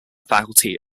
faculty